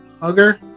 Hugger